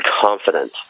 confident